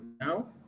now